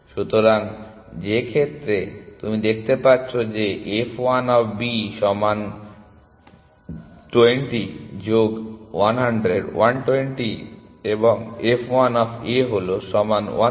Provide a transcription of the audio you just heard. সুতরাং যে ক্ষেত্রে তুমি দেখতে পাচ্ছ যে f 1 অফ B সমান 20 যোগ 100 120 এবং f 1 অফ A হলো সমান 130